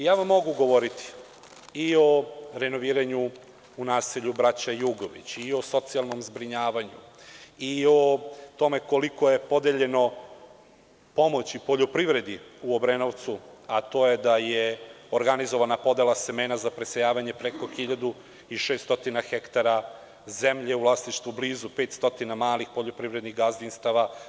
Mogu vam govoriti i o renoviranju u naselju „Braća Jugović“ i o socijalnom zbrinjavanju i o tome koliko je podeljeno pomoći poljoprivrednicima u Obrenovcu, a to je da je organizovana podela semena za presejavanje preko 1.600 ha zemlje u vlasništvu blizu 500 malih poljoprivrednih gazdinstava.